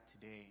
today